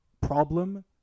problem